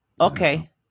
Okay